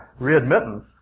readmittance